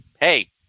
Hey